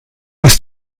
ist